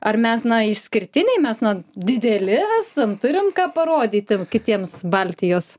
ar mes na išskirtiniai mes na dideli esam turime ką parodyti kitiems baltijos